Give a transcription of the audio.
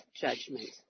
judgment